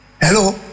Hello